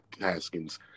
Haskins